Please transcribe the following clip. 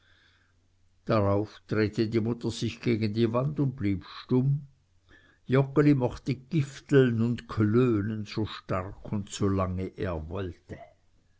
darauf drehte die mutter sich gegen die wand und blieb stumm joggeli mochte gifteln und klönen so stark und so lange er wollte